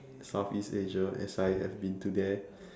southeast asia as I have been to there